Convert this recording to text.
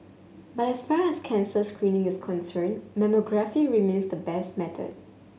but as far as cancer screening is concerned mammography remains the best method